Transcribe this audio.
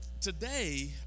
today